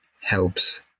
helps